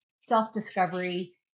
self-discovery